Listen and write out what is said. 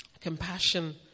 compassion